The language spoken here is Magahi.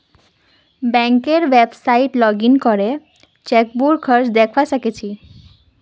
बैंकेर वेबसाइतट लॉगिन करे चेकबुक खर्च दखवा स ख छि